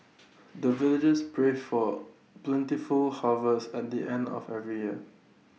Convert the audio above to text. the villagers pray for plentiful harvest at the end of every year